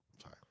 Sorry